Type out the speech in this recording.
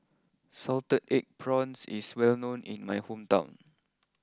Salted Egg Prawns is well known in my hometown